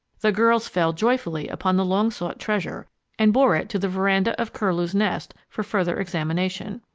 the girls fell joyfully upon the long-sought treasure and bore it to the veranda of curlew's nest for further examination.